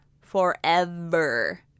forever